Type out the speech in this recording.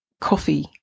coffee